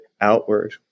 outward